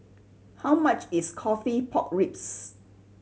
how much is coffee pork ribs